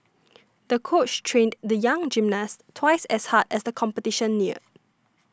the coach trained the young gymnast twice as hard as the competition neared